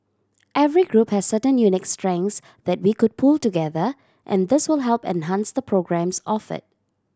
every group has certain unique strengths that we could pool together and this will help enhance the programmes offered